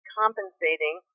compensating